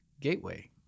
Gateway